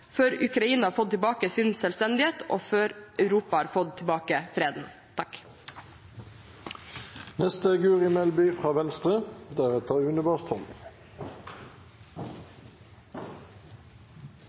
før Ukraina har fått tilbake sin selvstendighet, og før Europa har fått tilbake freden.